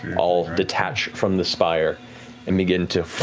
all detach from the spire and begin to